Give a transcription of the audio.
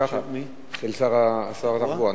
לסדר-היום של שר התחבורה.